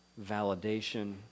validation